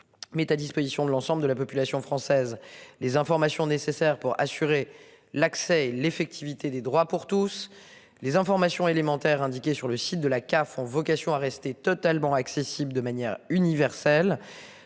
à disposition de l'ensemble de la population française. Les informations nécessaires pour assurer l'accès et l'effectivité des droits pour tous les informations élémentaires indiqué sur le site de la CAF ont vocation à rester totalement accessibles de manière universelle.